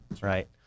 right